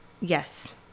Yes